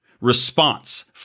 response